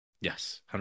Yes